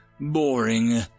Boring